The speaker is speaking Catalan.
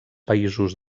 països